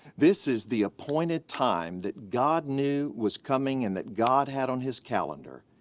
this is the appointed time that god knew was coming and that god had on his calendar.